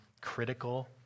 critical